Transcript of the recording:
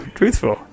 truthful